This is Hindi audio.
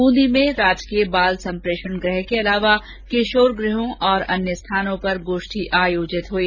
ब्रंदी में राजकीय बाल संप्रेषण गृह के अलावा किशोर गृहों और अन्य स्थानों पर गोष्ठी आयोजित हुई